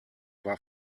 war